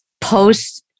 post